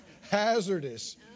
Hazardous